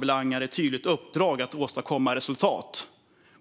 beträffar ett tydligt uppdrag att åstadkomma resultat.